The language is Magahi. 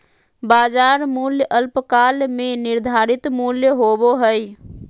बाजार मूल्य अल्पकाल में निर्धारित मूल्य होबो हइ